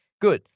good